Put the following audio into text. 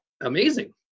amazing